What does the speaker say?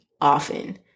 often